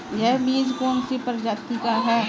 यह बीज कौन सी प्रजाति का है?